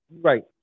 Right